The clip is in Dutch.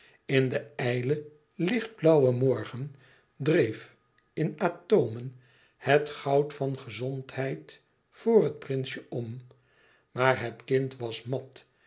in den ijlen lichtblauwen morgen dreef in atomen het goud van gezondheid voor het prinsje om maar het kind was mat